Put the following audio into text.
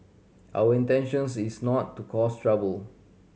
our intentions is not to cause trouble